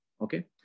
Okay